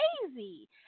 crazy